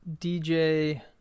DJ